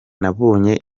nabonye